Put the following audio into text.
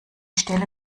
stelle